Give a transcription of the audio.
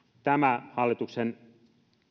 tämä hallituksen